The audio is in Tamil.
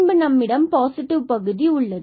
பின்பு நம்மிடம் பாசிட்டிவ் பகுதி உள்ளது